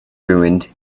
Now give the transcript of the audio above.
ruined